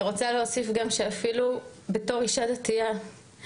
אני רוצה להוסיף גם שאפילו בתור אישה דתייה,